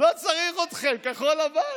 לא צריך אתכם, כחול לבן.